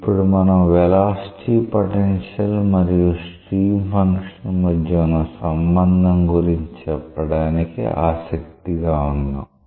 ఇప్పుడు మనం velocity potential మరియు స్ట్రీమ్ ఫంక్షన్ మధ్య ఉన్న సంబంధం గురించి చెప్పడానికి ఆసక్తిగా వున్నాం